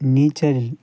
நீச்சல்